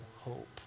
hope